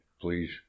Please